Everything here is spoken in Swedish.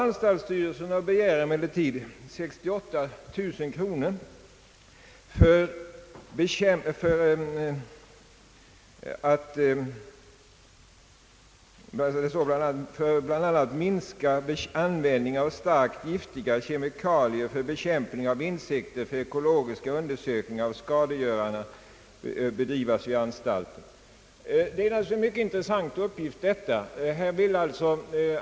Anstalten begär emellertid ett anslag på cirka 68 000 kronor med följande motivering: »För att bl.a. minska användningen av starkt giftiga kemikalier för bekämpning av insekter bör ekologiska undersökningar av skadegörarna bedrivas vid anstalten». Detta är en mycket intressant uppgift.